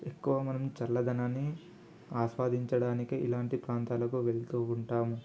ఎక్కువ మనం చల్లదనాన్ని ఆస్వాదించడానికి ఇలాంటి ప్రాంతాలకు వెళ్తూ ఉంటాము